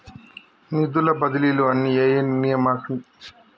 నిధుల బదిలీలు అన్ని ఏ నియామకానికి లోబడి ఉంటాయి?